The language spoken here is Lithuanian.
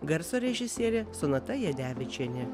garso režisierė sonata jadevičienė